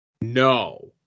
no